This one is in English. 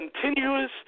continuous